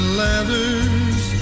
letters